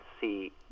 see